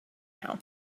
now